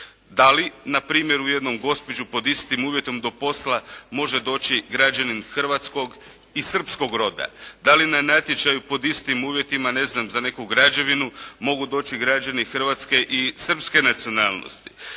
Da li na primjeru u jednom Gospiću pod istim uvjetom do posla može doći građanin hrvatskog i srpskog roda? Da li na natječaju pod istim uvjetima ne znam za neku građevinu mogu doći građani hrvatske i srpske nacionalnosti?